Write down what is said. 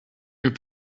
your